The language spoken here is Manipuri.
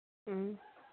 ꯎꯝ